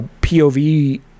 POV